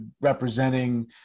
representing